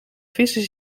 vissen